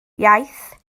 iaith